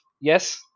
Yes